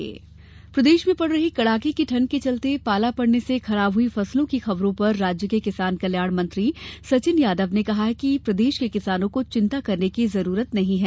कृषि मंत्री प्रदेश में पड़ रही कड़ाके की ठंड के चलते पाला पड़ने से खराब हुई फसलों की खबरों पर राज्य के किसान कल्याण मंत्री सचिन यादव ने कहा कि प्रदेश के किसानों को चिंता करने की जरूरत नहीं है